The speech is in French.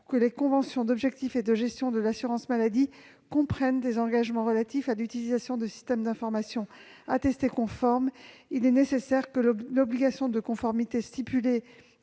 que les conventions d'objectifs et de gestion de l'assurance maladie comprennent des engagements relatifs à l'utilisation de systèmes d'information attestés conformes, il est nécessaire que l'obligation de conformité stipulée